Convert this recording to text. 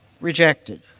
rejected